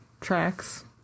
tracks